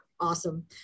Awesome